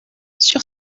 sur